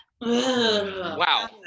wow